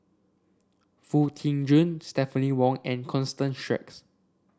Foo Tee Jun Stephanie Wong and Constance Sheares